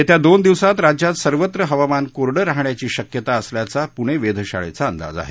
येत्या दोन दिवसांत राज्यात सर्वत्र हवामान कोरडं रहाण्याची शक्यता असल्याचा पुणे वेधशाळेचा अंदाज आहे